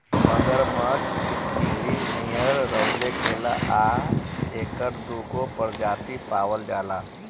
मगरमच्छ छिपकली नियर लउकेला आ एकर दूगो प्रजाति पावल जाला